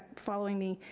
following me,